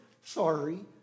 sorry